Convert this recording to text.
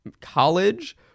college